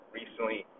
recently